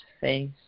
face